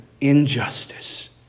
injustice